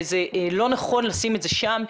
וזה לא נכון לשים את זה שם,